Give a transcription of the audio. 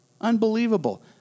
unbelievable